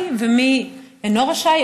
רשאי ומי אינו רשאי,